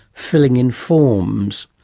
filling in forms?